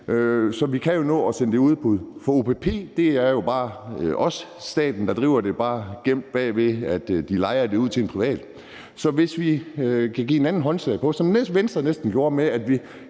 Så vi kan jo nå at sende det i udbud, for ved OPP'er det er jo også staten, der driver det, bare gemt bag det, at de lejer det ud til en privat. Så hvis vi kan give hinanden håndslag på, sådan som Venstres ordfører næsten gjorde det,